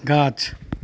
गाछ